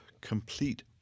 complete